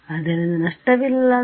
ಆದ್ದರಿಂದ ನಷ್ಟವಿಲ್ಲದ